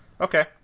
Okay